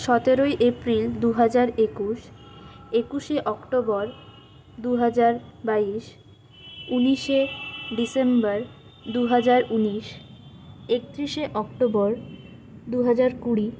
সতেরোই এপ্রিল দু হাজার একুশ একুশে অক্টোবর দু হাজার বাইশ উনিশে ডিসেম্বর দু হাজার উনিশ একত্রিশে অক্টোবর দু হাজার কুড়ি